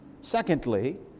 Secondly